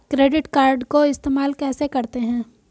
Credit card को इस्तेमाल कैसे करते हैं?